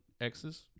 Xs